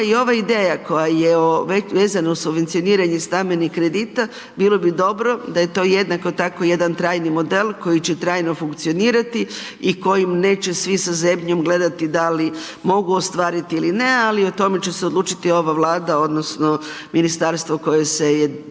i ova ideja koja je vezana uz subvencioniranje stambenih kredita, bilo bi dobro da je to jednako tako, jedan trajni model, koji će trajno funkcionirati i kojim neće svi sa zemljom gledati da li mogu ostvariti ili ne, ali o tome će se odlučiti ova Vlada, odnosno, ministarstvo koje se je